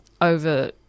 over